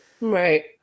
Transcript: right